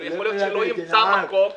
ויכול להיות שלא ימצא מקום.